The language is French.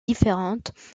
différentes